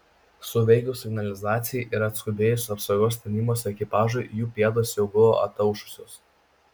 suveikus signalizacijai ir atskubėjus apsaugos tarnybos ekipažui jų pėdos jau buvo ataušusios